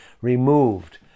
removed